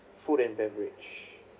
food and beverage